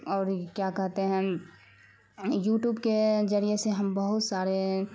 اور کیا کہتے ہیں یوٹوب کے ذریعے سے ہم بہت سارے